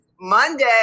Monday